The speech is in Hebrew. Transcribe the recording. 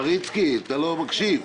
פריצקי, אתה לא מקשיב.